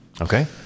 Okay